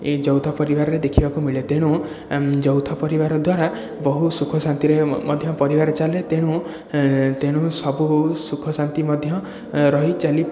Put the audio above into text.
ଏହି ଯୌଥ ପରିବାରରେ ଦେଖିବାକୁ ମିଳେ ତେଣୁ ଯୌଥ ପରିବାର ଦ୍ଵାରା ବହୁ ସୁଖଶାନ୍ତିରେ ମଧ୍ୟ ପରିବାର ଚାଲେ ତେଣୁ ତେଣୁ ସବୁ ସୁଖଶାନ୍ତି ମଧ୍ୟ ରହି ଚାଲି